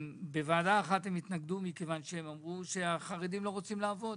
בוועדה אחת הם התנגדו מכיוון שהם אמרו שהחרדים לא רוצים לעבוד,